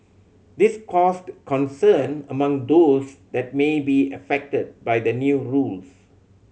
this caused concern among those that may be affected by the new rules